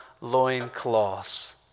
loincloths